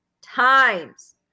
times